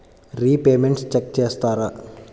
Repayments check చేస్తారా?